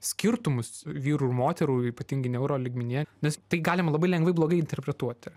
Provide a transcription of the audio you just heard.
skirtumus vyrų ir moterų ypatingai neuro lygmenyje nes tai galima labai lengvai blogai interpretuoti